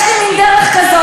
יש לי מין דרך כזאת,